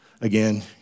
again